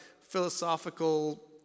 philosophical